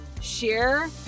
Share